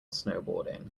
snowboarding